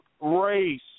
race